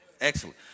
Excellent